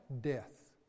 death